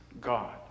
God